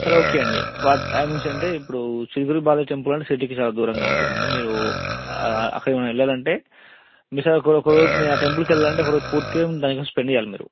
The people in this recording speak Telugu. సరే ఓకే అండి వాటి టైమింగ్స్ అంటే ఇప్పుడు చిలుకూరి బాలాజీ టెంపుల్ అండ్ సిటీకి చాలా దూరంగా ఉంటుందండి మీరు అక్కడకి మనం వెళ్ళాలంటే మీరు ఆ టెంపుల్కి వెళ్ళాలంటే ఒకరోజు పూర్తిగా దాని కోసం స్పెండ్ చేయాలి మీరు